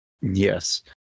Yes